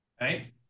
Right